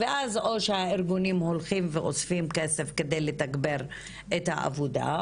ואז או שהארגונים הולכים ואוספים כסף כדי לתגבר את העבודה,